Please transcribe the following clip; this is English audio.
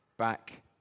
back